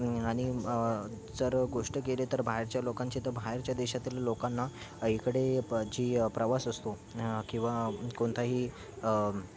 आणि जर गोष्ट केले तर बाहेरच्या लोकांचे तर बाहेरच्या देशातील लोकांना इकडे जी प्रवास असतो किंवा कोणताही